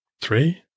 three